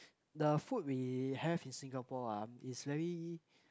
the food we have in Singapore ah is very